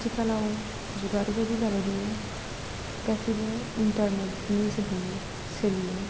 आथिखालाव जुगा ओरैबायदि जाबाय दे गासैबो इन्टारनेटनि जोहैनो सोलियो